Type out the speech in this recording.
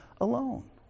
alone